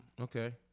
okay